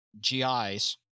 GIs